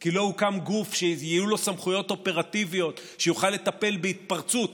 כי לא הוקם גוף שיהיו לו סמכויות אופרטיביות שיוכל לטפל בהתפרצות